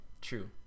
True